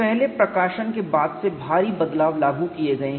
पहले प्रकाशन के बाद से भारी बदलाव लागू किए गए हैं